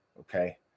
okay